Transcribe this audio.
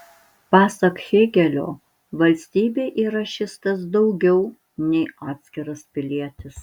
pasak hėgelio valstybė yra šis tas daugiau nei atskiras pilietis